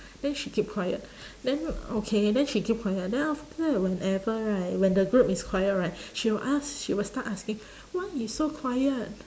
then she keep quiet then okay then she keep quiet then after that whenever right when the group is quiet right she will ask she will start asking why you so quiet